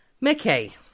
Mickey